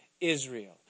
Israel